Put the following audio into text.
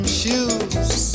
shoes